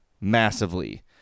massively